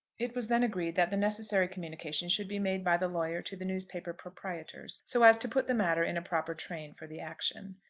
it was then agreed that the necessary communication should be made by the lawyer to the newspaper proprietors, so as to put the matter in a proper train for the action.